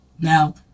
Now